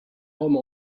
rome